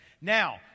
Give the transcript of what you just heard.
Now